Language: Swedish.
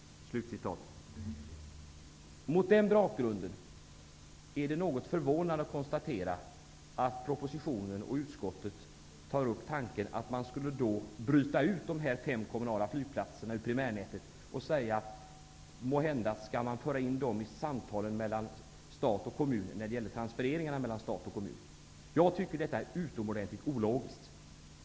Mot den bakgrunden är det något förvånande att konstatera att man i propositionen och i utskottets betänkande tar upp tanken att man skulle bryta ut de fem kommunala flygplatserna ur primärnätet och måhända föra in dem i samtalen mellan stat och kommun när det gäller transfereringarna mellan stat och kommun. Jag anser att detta är utomordentligt ologiskt.